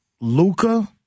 Luca